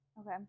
Okay